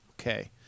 Okay